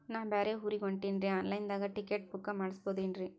ನಾ ಬ್ಯಾರೆ ಊರಿಗೆ ಹೊಂಟಿನ್ರಿ ಆನ್ ಲೈನ್ ದಾಗ ಟಿಕೆಟ ಬುಕ್ಕ ಮಾಡಸ್ಬೋದೇನ್ರಿ?